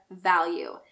value